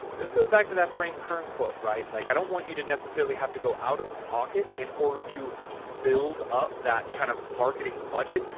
and this goes back to that frank kern quote, right? like i don't want you to necessarily have to go out of pocket in order to build up that kind of marketing budget.